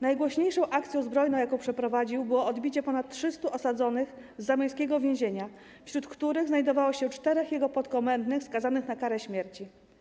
Najgłośniejszą akcją zbrojną, jaką przeprowadził, było odbicie ponad 300 osadzonych z zamojskiego więzienia, wśród których znajdowało się czterech jego podkomendnych skazanych na karę śmierci.